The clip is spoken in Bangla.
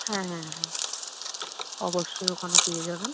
হ্যাঁ হ্যাঁ হ্যাঁ অবশ্যই ওখানে পেয়ে যাবেন